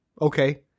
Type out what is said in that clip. okay